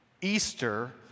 Easter